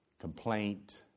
complaint